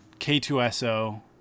K2SO